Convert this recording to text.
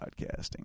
podcasting